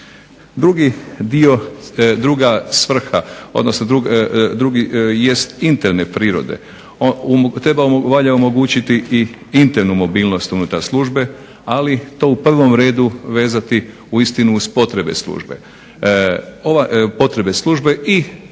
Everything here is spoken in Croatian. Drugi dio, druga svrha, odnosno drugi jest interne prirode. Valja omogućiti i internu mobilnost unutar službe, ali to u prvom redu vezati uistinu uz potrebe službe i omogućiti službenicima,